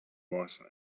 was